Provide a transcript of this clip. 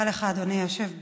אדוני היושב בראש,